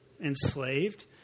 enslaved